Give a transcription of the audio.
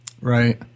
Right